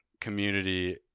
community